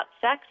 sex